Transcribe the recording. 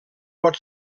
pot